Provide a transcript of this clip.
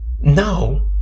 Now